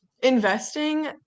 investing